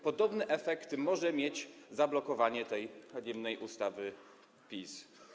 Podobny efekt może mieć zablokowanie tej haniebnej ustawy PiS.